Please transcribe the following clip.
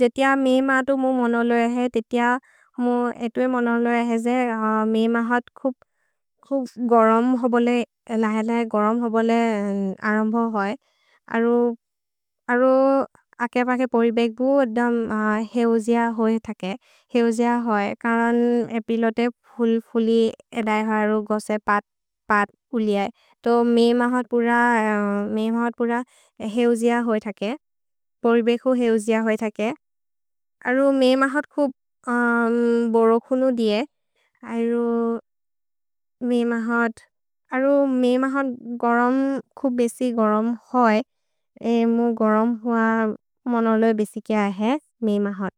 जेतिय मेइ महतु मु मनलो अहे, तेतिय मु एतो ए मनलो अहे जे मेइ महत् खुब् गरम् होबोले लहे लहे, गरम् होबोले अरम्बो होइ। अरो अके पके पोरिबेकु अद्दम् हेउजेअ होइ थके। हेउजेअ होइ करन् ए पिलोते फुल् फुलि एदय् हरु गोसे पत् उलिये। तो मेइ महत् पुर हेउजेअ होइ थके। पोरिबेकु हेउजेअ होइ थके। अरु मेइ महत् खुब् बोरोकुनु दिए। अरु मेइ महत् गरम् खुब् बेसि गरम् होइ। मु गरम् हुअ मनलो बेसिके अहे मेइ महत्।